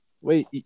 Wait